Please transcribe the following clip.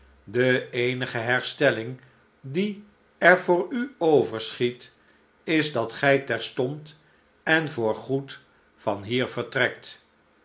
cle eenige herstelling die er voor u overschiet is dat gij terstond en voorgoed van hier vertrekt